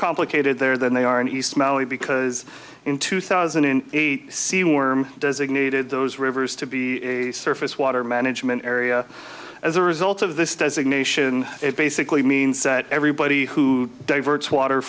complicated there than they are in he smelly because in two thousand and eight see warm designated those rivers to be a surface water management area as a result of this designation it basically means that everybody who diverts water